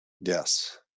Yes